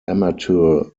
amateur